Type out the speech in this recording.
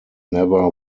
never